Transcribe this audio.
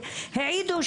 עצמנו.